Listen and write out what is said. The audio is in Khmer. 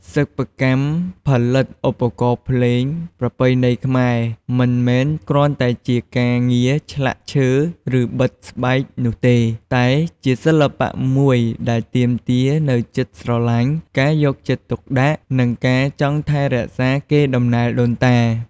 សិប្បកម្មផលិតឧបករណ៍ភ្លេងប្រពៃណីខ្មែរ មិនមែនគ្រាន់តែជាការងារឆ្លាក់ឈើ ឬបិទស្បែកនោះទេ តែជាសិល្បៈមួយដែលទាមទារនូវចិត្តស្រឡាញ់ ការយកចិត្តទុកដាក់ និងការចង់ថែរក្សាកេរដំណែលដូនតា។